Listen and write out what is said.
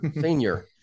senior